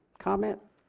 comments?